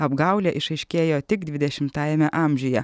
apgaulė išaiškėjo tik dvidešimtajame amžiuje